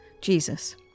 Jesus